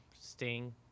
sting